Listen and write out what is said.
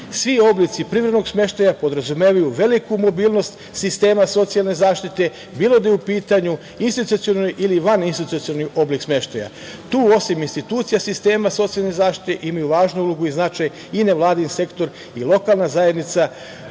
oblici privremenog smeštaja podrazumevaju veliku mobilnost sistema socijalne zaštite, bilo da je u pitanju institucionalni ili vaninstitucionalni oblik smeštaja. Tu, osim institucija sistema socijalne zaštite, imaju važnu ulogu i značaj i nevladin sektor i lokalna zajednica,